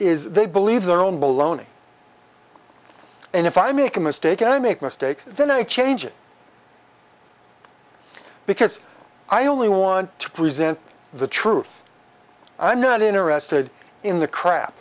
is they believe their own baloney and if i make a mistake and i make mistakes then i change it because i only want to present the truth i'm not interested in the crap